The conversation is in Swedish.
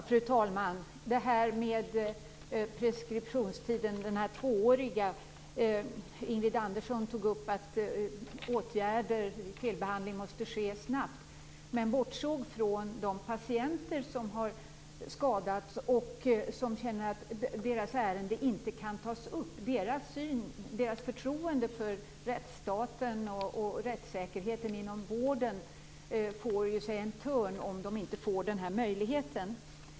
Fru talman! Beträffande den tvååriga preskriptionstiden tog Ingrid Andersson upp att åtgärder mot felbehandling måste ske snabbt. Men hon bortsåg från de patienter som har skadats och som känner att deras ärende inte kan tas upp. Deras förtroende för rättsstaten och rättssäkerheten inom vården får ju sig en törn om de inte får denna möjlighet.